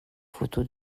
photos